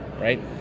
right